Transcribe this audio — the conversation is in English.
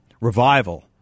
revival